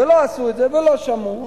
לא עשו את זה ולא שמעו,